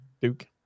duke